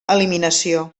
eliminació